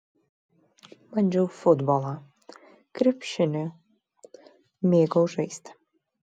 bandžiau futbolą krepšinį mėgau žaisti